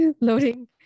loading